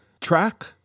Track